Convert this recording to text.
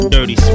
Dirty